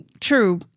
true